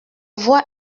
voix